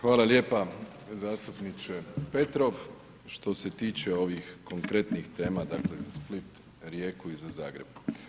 Hvala lijepo zastupniče Petrov, što se tiče ovih konkretnih tema, dakle, za Split, Rijeku i za Zagreb.